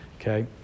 okay